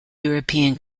european